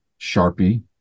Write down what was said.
Sharpie